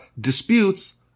disputes